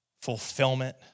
fulfillment